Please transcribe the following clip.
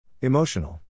Emotional